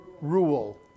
rule